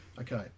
okay